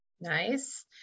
Nice